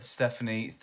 Stephanie